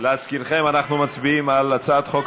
תסתכלו על מה שקורה